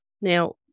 Now